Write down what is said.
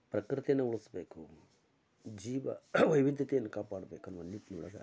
ಪ್ರಕೃತಿಯನ್ನು ಉಳಿಸ್ಬೇಕು ಜೀವ ವೈವಿಧ್ಯತೆಯನ್ನು ಕಾಪಾಡ್ಬೇಕೆನ್ನುವ ನಿಟ್ಟಿನೊಳಗೆ